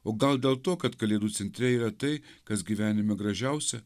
o gal dėl to kad kalėdų centre yra tai kas gyvenime gražiausia